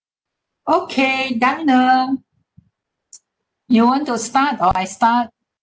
okay diana you want to start or I start